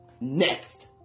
Next